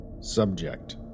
Subject